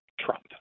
Trump